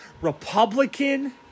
Republican